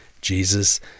Jesus